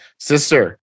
Sister